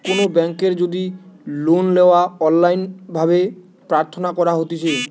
কোনো বেংকের যদি লোন লেওয়া অনলাইন ভাবে প্রার্থনা করা হতিছে